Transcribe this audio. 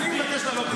אני מבקש לעלות להתנגד.